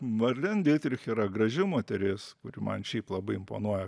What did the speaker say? marlen dytrich yra graži moteris kuri man šiaip labai imponuoja